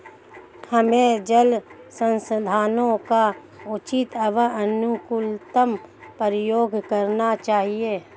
हमें जल संसाधनों का उचित एवं अनुकूलतम प्रयोग करना चाहिए